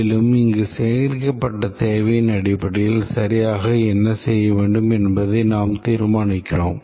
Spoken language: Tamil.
மேலும் இந்த சேகரிக்கப்பட்ட தேவையின் அடிப்படையில் சரியாக என்ன செய்ய வேண்டும் என்பதை நாம் தீர்மானிக்கிறோம்